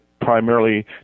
primarily